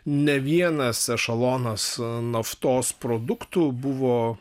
ne vienas ešelonas naftos produktų buvo